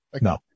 No